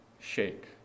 shake